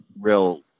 real